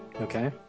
Okay